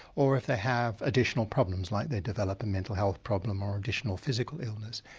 or if they have additional problems like they develop a mental health problem or additional physical illness.